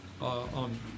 on